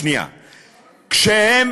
כשהן